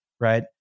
right